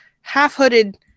Half-hooded